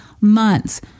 months